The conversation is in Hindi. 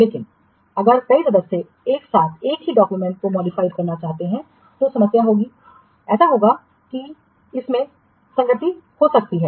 लेकिन अगर कई सदस्य एक साथ एक ही डाक्यूमेंट्स को मॉडिफाइड करना चाहते हैं तो समस्या होगी ऐसा होगा कि इससे असंगति हो सकती है